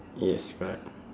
yes correct